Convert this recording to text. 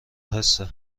حسه